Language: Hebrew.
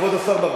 כבוד השר ברק,